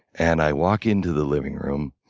and i walk into the living room,